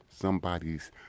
somebody's